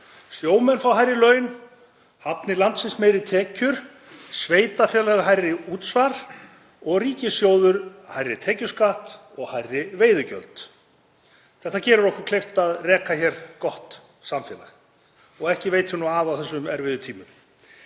sjómenn hærri laun, hafnir landsins meiri tekjur, sveitarfélög hærra útsvar og ríkissjóður hærri tekjuskatt og hærri veiðigjöld. Þetta gerir okkur kleift að reka hér gott samfélag og ekki veitir nú af á þessum erfiðu tímum.